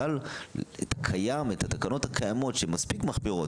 אבל את התקנות הקיימות שמספקי מחמירות,